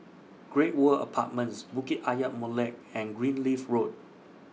Great World Apartments Bukit Ayer Molek and Greenleaf Road